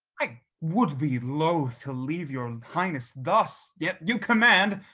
i would be loath to leave your highness thus, yet you command,